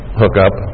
hookup